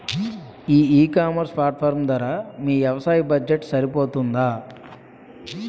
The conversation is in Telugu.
ఈ ఇకామర్స్ ప్లాట్ఫారమ్ ధర మీ వ్యవసాయ బడ్జెట్ సరిపోతుందా?